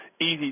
easy